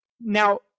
Now